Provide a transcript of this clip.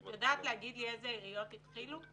את יודעת לומר עיריות התחילו?